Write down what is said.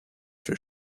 für